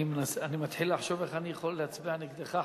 אני מתחיל לחשוב איך אני יכול להצביע נגדך,